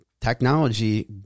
technology